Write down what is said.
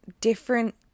different